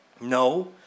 No